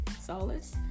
Solace